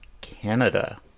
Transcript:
Canada